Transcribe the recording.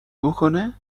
بکنه